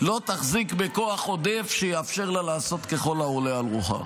לא תחזיק בכוח עודף שיאפשר לה לעשות ככל העולה על רוחה.